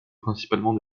principalement